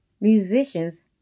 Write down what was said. Musicians